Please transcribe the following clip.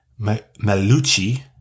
Malucci